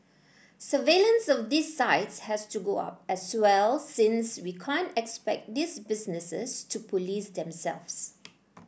surveillance of these sites has to go up as well since we can't expect these businesses to police themselves